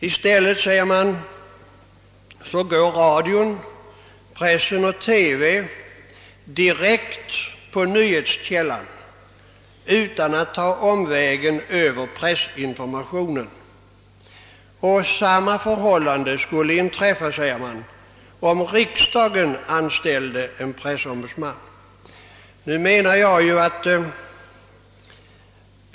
Pressen, ra dion och televisionen går, säger man, direkt på nyhetskällan utan att ta omvägen över en pressombudsman. Samma förhållande skulle inträda om riksdagen anställde en pressombudsman.